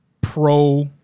Pro